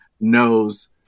knows